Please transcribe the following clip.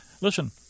listen